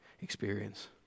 experience